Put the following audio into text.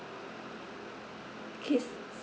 okay